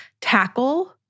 tackle